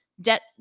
debt